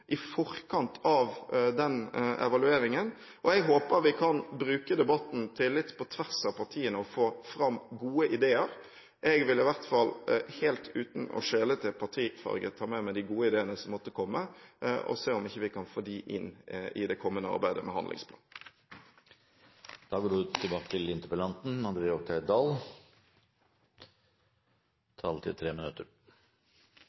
i forkant av den evalueringen, og jeg håper vi kan bruke debatten på tvers av partiene og få fram gode ideer. Jeg vil i hvert fall – helt uten å skjele til partifarge – ta med meg de gode ideene som måtte komme, og se om vi ikke kan få dem inn i det kommende arbeidet med handlingsplanen.